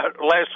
last